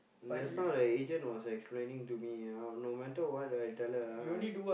just now the agent was explaining to me ah no matter what I tell her ah